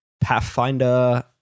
Pathfinder